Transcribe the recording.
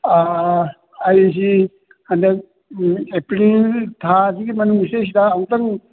ꯑꯩꯁꯤ ꯍꯟꯗꯛ ꯑꯦꯄ꯭ꯔꯤꯜ ꯊꯥꯁꯤꯒꯤ ꯃꯅꯨꯡꯁꯤꯗꯩꯗ ꯑꯝꯇꯪ